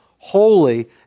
Holy